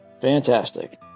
Fantastic